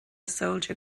soldier